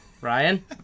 Ryan